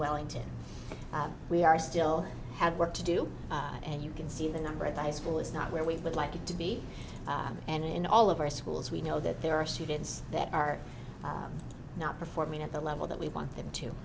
wellington we are still have work to do and you can see the number of high school is not where we would like it to be and in all of our schools we know that there are students that are not performing at the level that we want them to